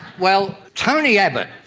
well, tony abbott,